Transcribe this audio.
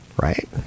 right